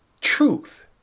truth